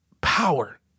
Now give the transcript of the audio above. power